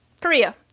Korea